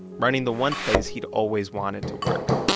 running the one place he'd always wanted to work.